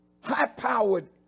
high-powered